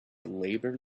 labor